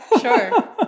sure